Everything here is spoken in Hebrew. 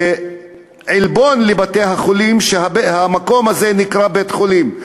וזה עלבון לבתי-החולים שהמקום הזה נקרא בית-חולים.